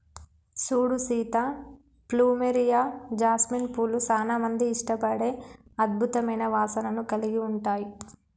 సూడు Sita plumeria, jasmine పూలు సానా మంది ఇష్టపడే అద్భుతమైన వాసనను కలిగి ఉంటాయి